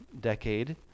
decade